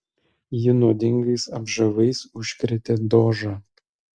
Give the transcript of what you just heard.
ji nuodingais apžavais užkrėtė dožą